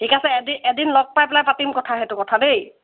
ঠিক আছে এদিন লগ পাই পেলাই পাতিম কথা সেইটো কথা দেই